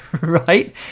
Right